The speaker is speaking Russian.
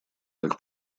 как